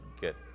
get